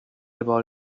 about